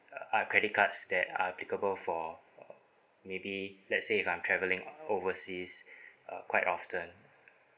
uh are credit cards that are applicable for maybe let's say if I'm travelling overseas uh quite often